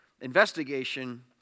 investigation